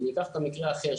אני אקח את המקרה האחר,